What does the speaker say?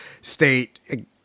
state